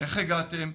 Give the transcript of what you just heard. איך הגעתם,